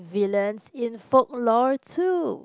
villans in folklore too